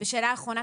שאלה אחרונה.